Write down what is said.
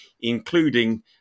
including